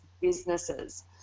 businesses